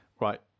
right